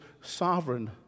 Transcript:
sovereign